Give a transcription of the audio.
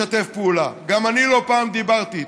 לשתף פעולה, גם אני לא פעם דיברתי איתך.